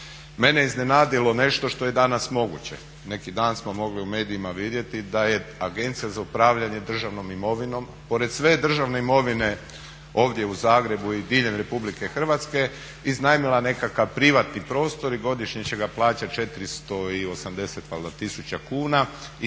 Mene je iznenadilo nešto što je danas moguće, neki dan smo mogli u medijima vidjeti da je Agencija za upravljanje državnom imovnom pored sve državne imovine ovdje u Zagrebu i diljem RH iznajmila nekakav privatni prostor i godišnje će ga plaćati 480 tisuća kuna i to